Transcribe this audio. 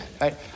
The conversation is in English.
right